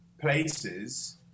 places